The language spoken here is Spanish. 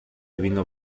vino